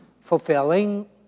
fulfilling